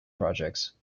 projects